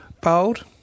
Bold